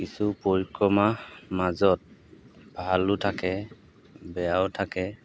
কিছু পৰিক্ৰমাৰ মাজত ভালো থাকে বেয়াও থাকে